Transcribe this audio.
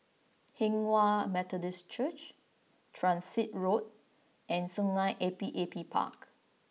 Hinghwa Methodist Church Transit Road and Sungei Api Api Park